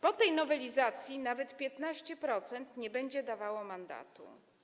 Po tej nowelizacji nawet 15% nie będzie dawało mandatu.